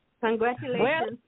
Congratulations